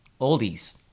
oldies